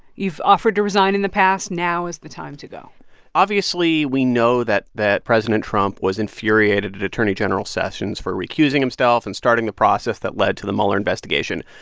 you've offered to resign in the past. now is the time to go obviously, we know that that president trump was infuriated at attorney general sessions for recusing himself and starting the process that led to the mueller investigation.